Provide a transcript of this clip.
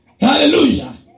Hallelujah